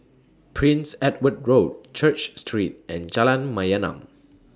Prince Edward Road Church Street and Jalan Mayaanam